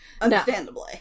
understandably